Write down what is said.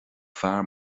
fear